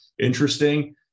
interesting